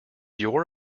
your